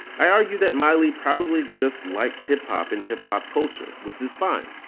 i argued that miley probably just likes hiphop and hiphop culture, which is fine.